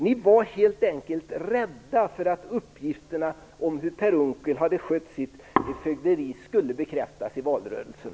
Ni var helt enkelt rädda för att uppgifterna om hur Per Unckel hade skött sitt fögderi skulle bekräftas i valrörelsen.